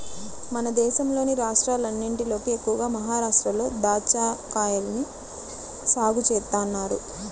మన దేశంలోని రాష్ట్రాలన్నటిలోకి ఎక్కువగా మహరాష్ట్రలో దాచ్చాకాయల్ని సాగు చేత్తన్నారు